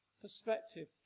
Perspective